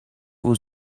was